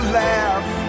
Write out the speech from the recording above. laugh